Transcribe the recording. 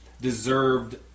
deserved